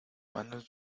manos